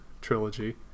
trilogy